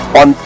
on